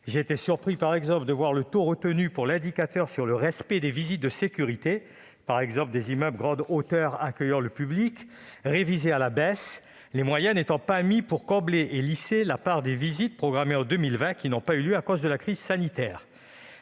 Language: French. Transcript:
J'ai été étonné, par exemple, de voir le taux retenu pour l'indicateur sur le respect des visites de sécurité des immeubles de grande hauteur accueillant du public, révisé à la baisse, les moyens n'étant pas au rendez-vous pour combler et lisser la part des visites programmées en 2020 n'ayant pas eu lieu à cause de la crise sanitaire.